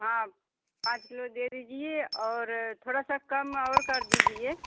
हाँ पाँच किलो दे दीजिए और थोड़ा सा कम और कर दीजिए